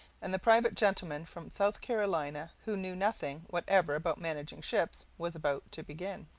and the private gentleman from south carolina, who knew nothing whatever about managing ships, was about to begin.